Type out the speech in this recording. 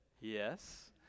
yes